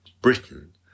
Britain